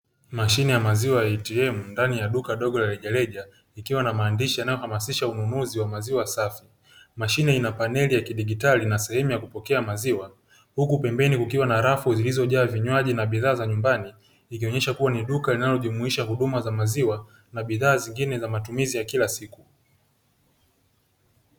Mashine ya maziwa ATM ndani ya duka dogo la rejareja ikiwa na maandishi yanayohamasisha ununuzi wa maziwa safi. Mashine ina paneli ya kidigitali na sehemu ya kupokea maziwa, huku pembeni kukiwa na rafu zilizojaa vinywaji na bidhaa za nyumbani ikionyesha kuwa ni duka linalojumuisha huduma za maziwa na bidhaa zingine za matumizi ya kila siku.